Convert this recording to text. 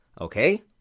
okay